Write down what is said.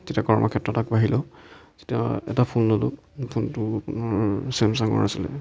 যেতিয়া কৰ্ম ক্ষেত্ৰত আকৌ আহিলোঁ যিতিয়া এটা ফোন ল'লোঁ ফোনটো মোৰ চেমচাংৰ আছিলে